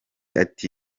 ati